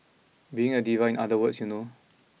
being a diva in other words you know